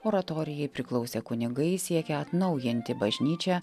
oratorijai priklausė kunigai siekę atnaujinti bažnyčią